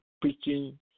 preaching